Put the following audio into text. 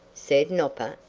said nopper,